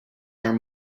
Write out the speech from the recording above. are